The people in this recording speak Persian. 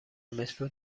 مترو